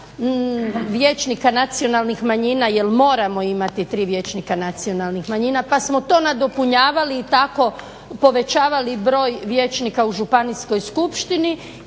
vijećnika nacionalnih manjina jer moramo imati tri vijećnika nacionalnih manjina pa smo to nadopunjavali i tako povećavali broj vijećnika u Županijskoj skupštini